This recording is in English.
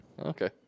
Okay